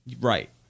Right